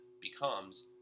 becomes